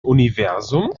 universum